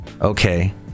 Okay